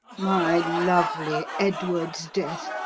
my lovely edward's death,